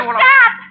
stop